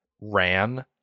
ran